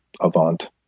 avant